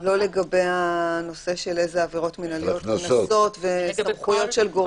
לא לגבי הנושא של אילו עבירות מנהליות וסמכויות של גורמים.